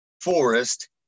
forest